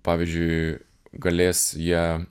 pavyzdžiui galės jie